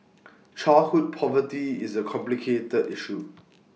childhood poverty is A complicated issue